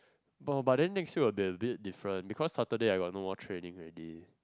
no but then next year there will be a bit different because Saturday I have no more training already